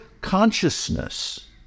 consciousness